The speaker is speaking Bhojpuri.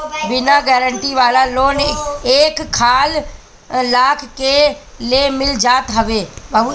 बिना गारंटी वाला लोन एक लाख ले मिल जात हवे